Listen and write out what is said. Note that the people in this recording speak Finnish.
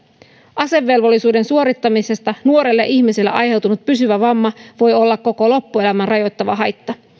asevelvollisuuden suorittamisesta nuorelle ihmiselle aiheutunut pysyvä vamma voi olla koko loppuelämää rajoittava haitta